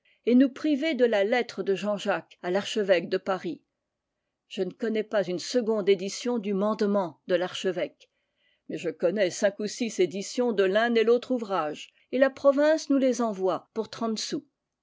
et nous priver de la lettre de jean-jacques à l'archevêque de paris je ne connais pas une seconde édition du mandement de l'archevêque mais je connais cinq ou six éditions de l'un et l'autre ouvrage et la province nous les envoie pour trente sous